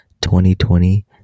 2020